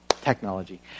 technology